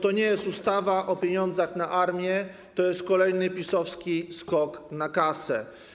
To nie jest ustawa o pieniądzach na armię, to jest kolejny PiS-owski skok na kasę.